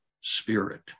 spirit